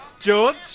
George